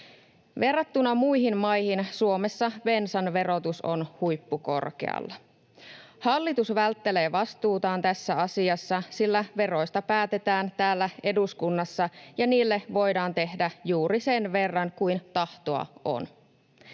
Verrattuna muihin maihin Suomessa bensan verotus on huippukorkealla. Hallitus välttelee vastuutaan tässä asiassa, sillä veroista päätetään täällä eduskunnassa ja niille voidaan tehdä juuri sen verran kuin tahtoa on.